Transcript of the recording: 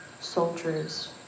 soldiers